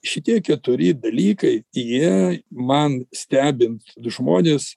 šitie keturi dalykai jie man stebint žmones